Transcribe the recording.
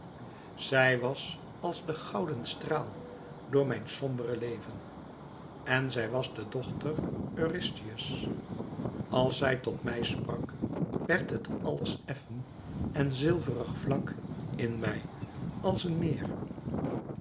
zij was als de gouden straal door mijn sombere leven en zij was de dochter eurystheus als zij tot mij sprak werd het alles effen en zilverig vlak in mij als een meer